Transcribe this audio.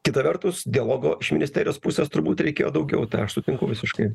kita vertus dialogo iš ministerijos pusės turbūt reikėjo daugiau tą aš sutinku visiškai